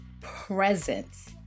presence